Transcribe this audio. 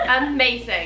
Amazing